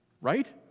Right